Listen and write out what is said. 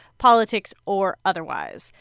politics or otherwise.